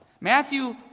Matthew